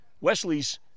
Wesley's